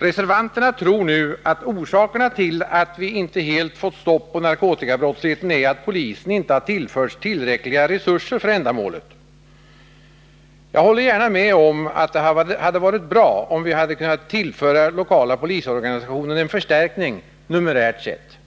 Reservanterna tror nu att orsakerna till att vi inte helt fått stopp på narkotikabrottsligheten är att polisen inte har tillförts tillräckliga resurser för ändamålet. Jag håller gärna med om att det hade varit bra om vi hade kunnat tillföra den lokala polisorganisationen en förstärkning, numerärt sett.